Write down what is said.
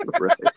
Right